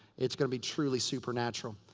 it's gonna be truly supernatural.